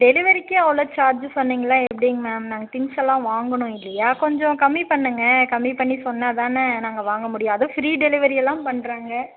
டெலிவரிக்கே அவ்வளோ சார்ஜு சொன்னிங்களா எப்படிங் மேம் நாங்கள் திங்க்ஸ் எல்லாம் வாங்கணும் இல்லையா கொஞ்சம் கம்மி பண்ணுங்கள் கம்மி பண்ணி சொன்னால் தானே நாங்கள் வாங்க முடியும் அதுவும் ஃப்ரீ டெலிவரி எல்லாம் பண்ணுறாங்க